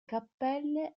cappelle